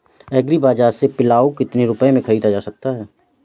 Agree बाजार से पिलाऊ कितनी रुपये में ख़रीदा जा सकता है?